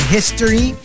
History